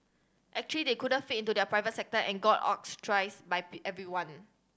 actually they couldn't fit into the private sector and got by everyone